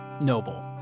Noble